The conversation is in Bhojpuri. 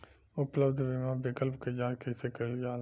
उपलब्ध बीमा विकल्प क जांच कैसे कइल जाला?